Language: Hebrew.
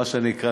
מה שנקרא,